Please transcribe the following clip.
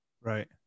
right